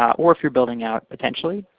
or if you're building out, potentially,